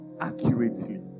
accurately